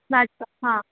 नाटकात हां